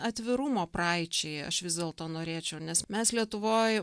atvirumo praeičiai aš vis dėlto norėčiau nes mes lietuvoj